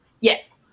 Yes